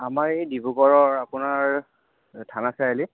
আমাৰ এই ডিব্ৰুগড়ৰ আপোনাৰ থানা চাৰিআলি